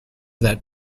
that